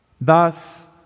Thus